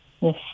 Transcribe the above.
yes